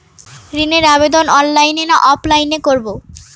ঋণের আবেদন অনলাইন না অফলাইনে করব?